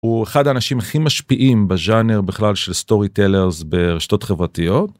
הוא אחד האנשים הכי משפיעים בז'אנר בכלל של סטוריטלרס, ברשתות חברתיות.